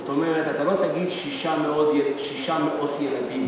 זאת אומרת, אתה לא תגיד "שישה מאות ילדים".